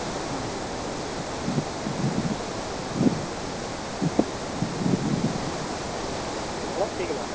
ஆ சரி ஹலோ கேட்குதா